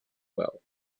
well